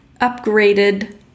upgraded